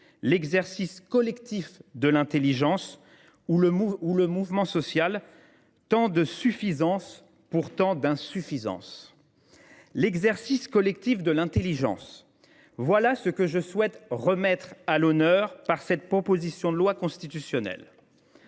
l’exercice collectif de l’intelligence, le mouvement social : tant de suffisance pour tant d’insuffisances. » L’exercice collectif de l’intelligence, voilà ce que je souhaite remettre à l’honneur par le biais de cette proposition de loi constitutionnelle.